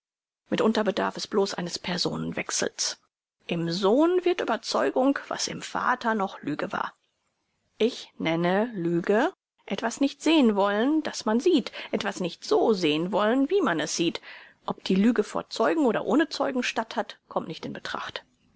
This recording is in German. mitunter bedarf es bloß eines personenwechsels im sohn wird überzeugung was im vater noch lüge war ich nenne lüge etwas nicht sehn wollen das man sieht etwas nicht so sehn wollen wie man es sieht ob die lüge vor zeugen oder ohne zeugen statt hat kommt nicht in betracht